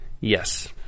Yes